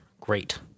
great